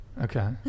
Okay